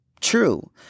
true